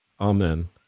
Amen